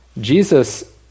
Jesus